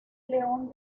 león